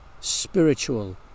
spiritual